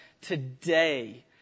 today